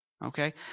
Okay